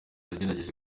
nagerageje